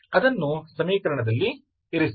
ಅದನ್ನು ಸಮೀಕರಣದಲ್ಲಿ ಇರಿಸಿ